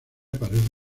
parece